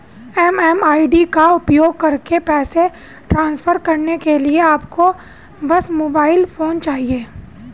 MMID का उपयोग करके पैसे ट्रांसफर करने के लिए आपको बस मोबाइल फोन चाहिए